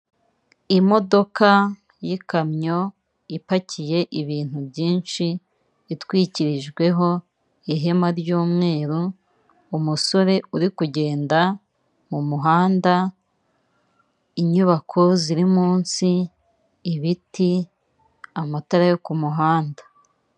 Imodoka y'ikamyo ipakiye ibintu byinshi itwikirijweho ihema ry'umweru, umusore uri kugenda mu muhanda inyubako ziri munsi, ibiti, amatara yo kumuhanda.